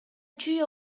чүй